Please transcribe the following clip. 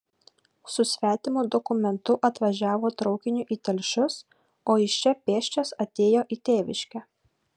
su svetimu dokumentu atvažiavo traukiniu į telšius o iš čia pėsčias atėjo į tėviškę